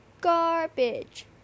garbage